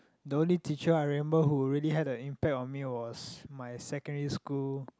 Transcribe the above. the only teacher I remember who really had a impact on me was my secondary school